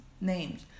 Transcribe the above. names